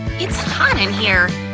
it's hot in here.